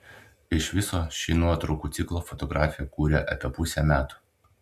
iš viso šį nuotraukų ciklą fotografė kūrė apie pusę metų